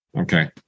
Okay